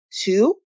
two